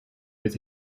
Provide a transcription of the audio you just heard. with